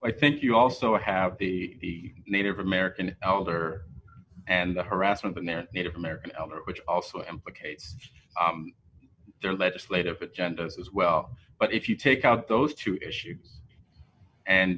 i think you also have the native american elder and the harassment native american element which also implicates their legislative agenda as well but if you take out those two issues and